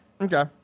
Okay